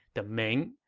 the ming.